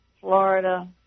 Florida